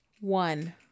One